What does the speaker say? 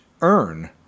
earn